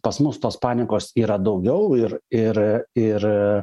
pas mus tos panikos yra daugiau ir ir ir